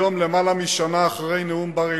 היום, למעלה משנה אחרי נאום בר-אילן,